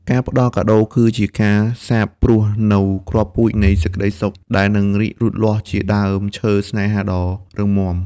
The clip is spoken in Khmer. ការផ្ដល់កាដូគឺជាការសាបព្រោះនូវគ្រាប់ពូជនៃសេចក្ដីសុខ ដែលនឹងរីកលូតលាស់ជាដើមឈើស្នេហាដ៏រឹងមាំ។